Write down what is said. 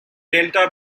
delta